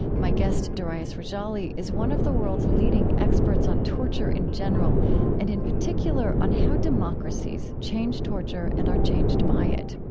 my guest, darius rejali, is one of the world's leading experts on torture in general and in particular how democracies change torture and are changed by it.